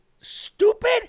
stupid